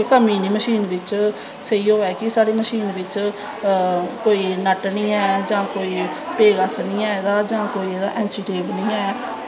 कोई कमी नी मशीन बिच्च सेही होई क् मशीन बिच्च जां कोई नच नी ऐं जां कोई पेजकस नी ऐ जां कोई ऐंची टेप नी ऐ